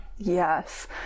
Yes